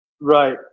right